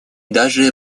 даже